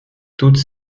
toutes